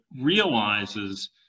realizes